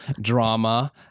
drama